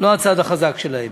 הצד החזק שלהם.